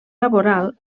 laboral